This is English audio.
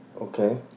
Okay